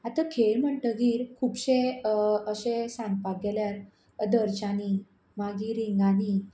आतां खेळ म्हणटगीर खुबशे अशे सांगपाक गेल्यार धरच्यानी मागीर रिंगानी